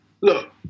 look